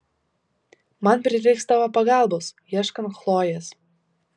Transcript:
man prireiks tavo pagalbos ieškant chlojės